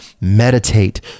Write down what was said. Meditate